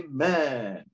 Amen